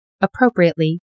appropriately